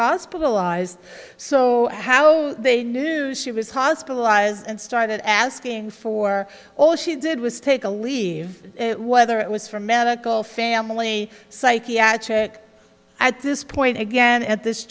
hospitalized so how they knew she was hospitalized and started asking for all she did was take a leave what other it was from medical family psychiatric at this point again at this